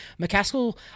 McCaskill